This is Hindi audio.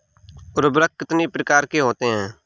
उर्वरक कितनी प्रकार के होते हैं?